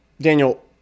Daniel